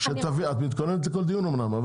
את יודעת מה